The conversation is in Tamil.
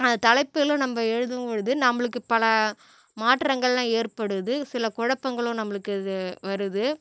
அது தலைப்புகளை நம்ம எழுதும் பொழுது நம்மளுக்கு பல மாற்றங்களெல்லாம் ஏற்படுது சில குழப்பங்களும் நம்மளுக்கு இது வருது